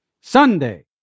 Sunday